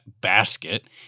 basket